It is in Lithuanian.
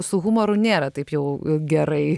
su humoru nėra taip jau gerai